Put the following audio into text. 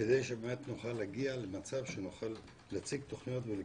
כדי שנוכל להגיע למצב שנוכל להציג תוכניות ולקבל.